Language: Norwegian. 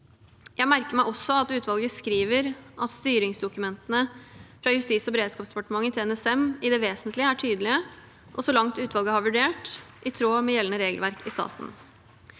Jeg merker meg også at utvalget skriver at styringsdokumentene fra Justis- og beredskapsdepartementet til NSM i det vesentlige er tydelige og, så langt utvalget har vurdert, i tråd med gjeldende regelverk i staten.